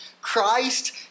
Christ